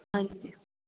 ਹਾਂਜੀ